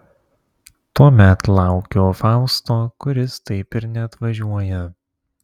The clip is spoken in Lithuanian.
tuomet laukiu fausto kuris taip ir neatvažiuoja